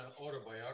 autobiography